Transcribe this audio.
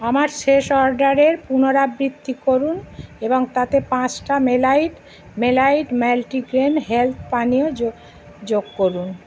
আমার শেষ অর্ডারের পুনরাবৃত্তি করুন এবং তাতে পাঁচটা মেলাইট মেলাইট ম্যাল্টিগ্রেন হেলথ পানীয় যো যোগ করুন